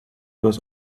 was